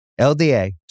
LDA